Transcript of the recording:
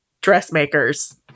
dressmakers